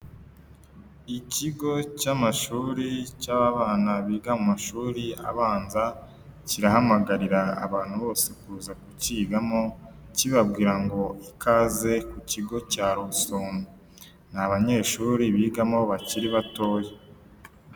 Ikigo cy'amashuri cy'abana biga mu mashuri abanza, kirahamagarira abantu bose kuza kukiyigamo, kibabwira ngo kaze ku kigo cya Rusumo, ni abanyeshuri bigamo bakiri batoya.